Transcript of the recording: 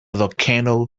volcano